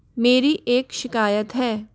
मेरी एक शिकायत है